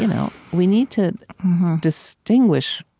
you know we need to distinguish